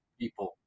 people